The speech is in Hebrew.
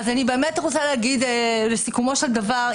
אני רוצה להגיד לסיכומו של דבר,